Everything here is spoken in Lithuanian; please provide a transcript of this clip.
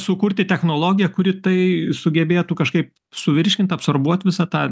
sukurti technologiją kuri tai sugebėtų kažkaip suvirškint absorbuot visą tą